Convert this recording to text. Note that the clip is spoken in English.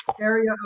area